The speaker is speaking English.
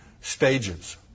stages